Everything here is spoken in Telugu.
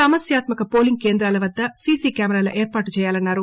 సమస్యాత్మక పోలింగ్ కేంద్రాల వద్ద సీసీ కెమెరాలు ఏర్పాటు చేయాలన్నారు